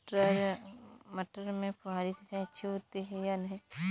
मटर में फुहरी सिंचाई अच्छी होती है या नहीं?